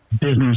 business